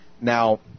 Now